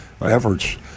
efforts